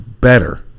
better